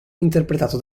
interpretato